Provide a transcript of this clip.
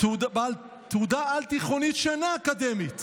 בעל תעודה על-תיכונית שאינה אקדמית